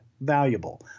valuable